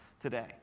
today